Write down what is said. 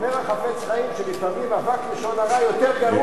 ואומר "החפץ חיים" שלפעמים אבק לשון הרע יותר גרוע מלשון הרע.